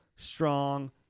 strong